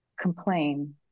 complain